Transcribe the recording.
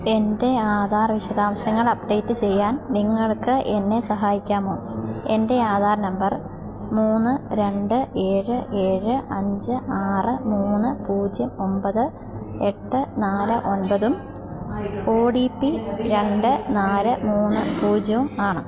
എൻ്റെ ആധാർ വിശദാംശങ്ങൾ അപ്ഡേറ്റ് ചെയ്യാൻ നിങ്ങൾക്ക് എന്നെ സഹായിക്കാമോ എൻ്റെ ആധാർ നമ്പർ മൂന്ന് രണ്ട് ഏഴ് ഏഴ് അഞ്ച് ആറ് മുന്ന് പൂജ്യം ഒമ്പത് എട്ട് നാല് ഒൻപതും ഒ ടി പി രണ്ട് നാല് മൂന്ന് പൂജ്യവും ആണ്